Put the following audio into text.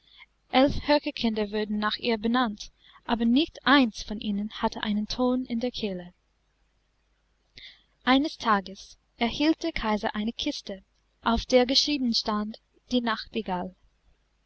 elf hökerkinder wurden nach ihr benannt aber nicht eins von ihnen hatte einen ton in der kehle eines tages erhielt der kaiser eine kiste auf der geschrieben stand die nachtigall